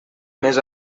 més